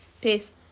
Peace